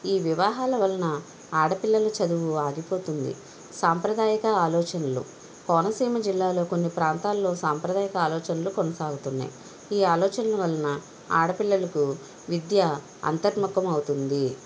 ఈ వివాహాల వలన ఆడపిల్లలు చదువు ఆగిపోతుంది సాంప్రదాయక ఆలోచనలు కోనసీమ జిల్లాలో కొన్ని ప్రాంతాల్లో సాంప్రదాయక ఆలోచనలు కొనసాగుతున్నాయి ఈ ఆలోచనవలన ఆడపిల్లలకు విద్య అంతర్ముఖం అవుతుంది